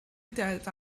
était